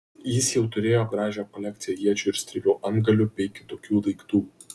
jis jau turėjo gražią kolekciją iečių ir strėlių antgalių bei kitokių daiktų